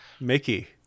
Mickey